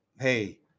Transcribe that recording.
hey